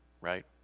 right